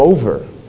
over